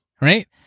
right